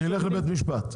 נלך לבית משפט?